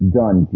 done